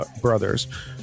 brothers